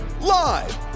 live